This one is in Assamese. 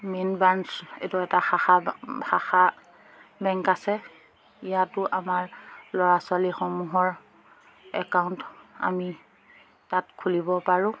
মেইন ব্ৰাঞ্চ এইটো এটা শাখা শাখা বেংক আছে ইয়াতো আমাৰ ল'ৰা ছোৱালীসমূহৰ একাউণ্ট আমি তাত খুলিব পাৰোঁ